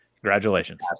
Congratulations